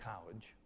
college